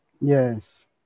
Yes